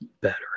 better